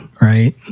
right